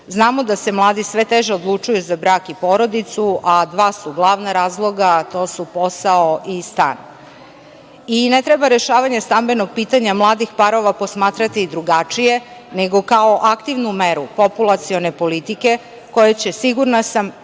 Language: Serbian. Znamo da se mladi sve teže odlučuju za brak i porodicu, a dva su glavna razloga, a to su posao i stan. Ne treba rešavanje stambenog pitanja mladih parova posmatrati drugačije, nego kao aktivnu meru populacione politike koja će, sigurna sam, stimulativno